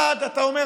אתה אומר,